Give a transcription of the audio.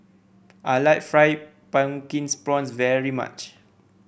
I like Fried Pumpkin Prawns very much